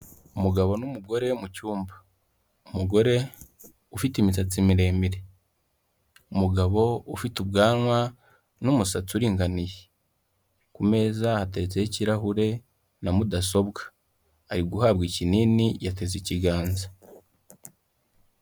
Umugabo n'umugore mu cyumba, umugore ufite imisatsi miremire, umugabo ufite ubwanwa n'umusatsi uringaniye, ku meza hateretseho ikirarahure na mudasobwa, ari guhabwa ikinini yateze ikiganza.